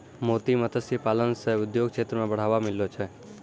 मोती मत्स्य पालन से उद्योग क्षेत्र मे बढ़ावा मिललो छै